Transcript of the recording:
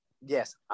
Yes